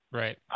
right